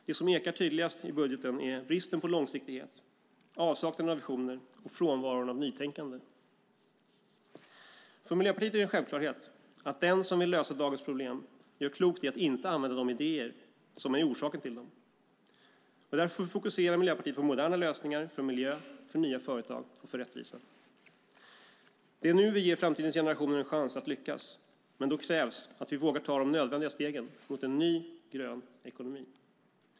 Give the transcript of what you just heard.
Det som ekar tydligast i budgeten är bristen på långsiktighet, avsaknaden av visioner och frånvaron av nytänkande. För Miljöpartiet är det en självklarhet att den som vill lösa dagens problem gör klokt i att inte använda de idéer som är orsaken till dem. Därför fokuserar Miljöpartiet på moderna lösningar för miljö, nya företag och rättvisa. Det är nu vi ger framtidens generationer en chans att lyckas. Men då krävs att vi vågar ta de nödvändiga stegen mot en ny, grön ekonomi.